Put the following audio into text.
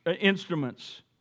instruments